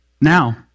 Now